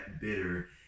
bitter